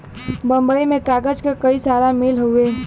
बम्बई में कागज क कई सारा मिल हउवे